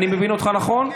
אני מבין אותך, נכון?